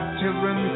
children